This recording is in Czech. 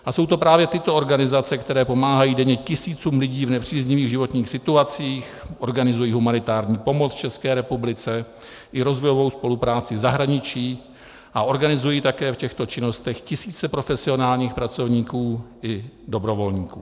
A jsou to právě tyto organizace, které pomáhají denně tisícům lidí v nepříznivých životních situacích, organizují humanitární pomoc v České republice i rozvojovou spolupráci v zahraničí a organizují také v těchto činnostech tisíce profesionálních pracovníků i dobrovolníků.